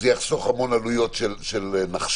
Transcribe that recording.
זה יחסוך המון עליות של "נחשון",